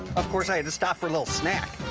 of course, i had to stop for a little snack.